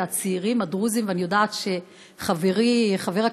אדוני היושב-ראש,